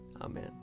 Amen